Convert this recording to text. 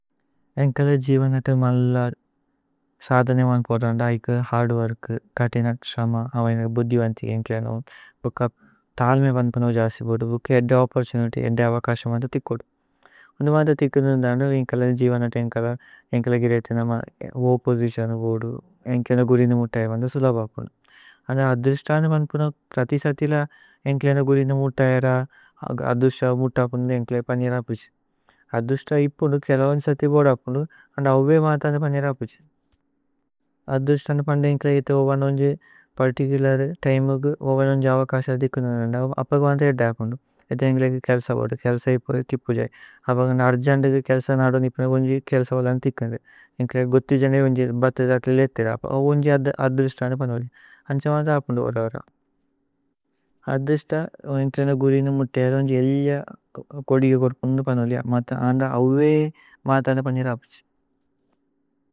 ഏന്കല ജീവനതേ മല്ല സാദനേ മന് പോദന്ദ। ഐക ഹര്ദ് വോര്ക് കതിന ശ്രമ അവൈന ബുദ്ധി। വന്ഥിഗേ ഏന്കല ഭുക്ക തല്മേ വന്പനോ ജസി। ബോദു ഭുക്ക ഏദ്ദ ഓപ്പോര്തുനിത്യ് ഏദ്ദ അവകസ്യോന്। മന്ദ ഥികോദു ഉനുമന്ദ ഥികുദു നന്ദന്ദ। ഏന്കല ജീവനതേ ഏന്കല ഏന്കല ഗിരേതേ നമ। വോ പോസിതിഓന ബോദു ഏന്കല ഗുരിന്ദു। മുത്തയ മന്ദ സുലഭപു അന്ദ അദ്ദുശ്തന। വന്പനോ പ്രതിസഥില ഏന്കല ഗുരിന്ദു മുത്തയ ര। അദ്ദുശ്തന മുത്തപു ന്ദു ഏന്കല പനിരപുജി। അദ്ദുശ്തന ഇപു ന്ദു കേലവന് സഥി ബോദു അപു ന്ദു। അന്ദ അവുവേ മതന്ദ പനിരപുജി അദ്ദുശ്തന പന്ദ। ഏന്കല ജീവനതേ ഏന്കല ഏന്കല ജീവനതേ ഏന്കല। പര്തിചുലര് തിമേ അഗ പര്തിചുലര് തിമേ അഗ അവകസ്യോന്। ഥികുദു നന്ദന്ദ അപഗ വന്ഥ ഏദ്ദ് അപു ന്ദു ഏത। ഏന്കല ജീവനതേ ഏന്കല അവുവേ മതന്ദ പനിരപുജി।